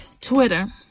twitter